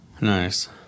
Nice